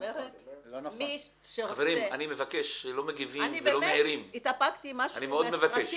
והיא נחתמת בפרק זמן יותר מסביר